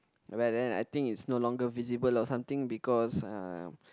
but then I think it's no longer visible or something because uh